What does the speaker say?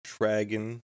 dragon